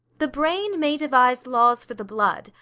the brain may devise laws for the blood,